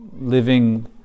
living